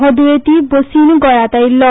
हो द्येंती बसीन गोंयात आयिल्लो